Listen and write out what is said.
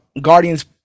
Guardians